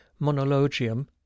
monologium